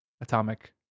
Atomic